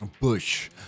Bush